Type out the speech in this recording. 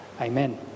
Amen